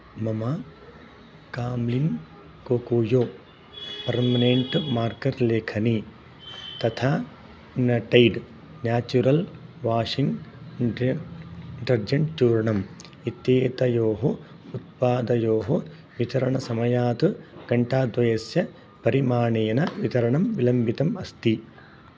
मम Camlin Kokuyo permanent marker लेखनी तथा न Tide natural washing d detergent चूर्णम् इत्येतयोः उत्पादयोः वितरणसमयात् घण्टाद्वयस्य परिमाणेन वितरणं विलम्बितम् अस्ति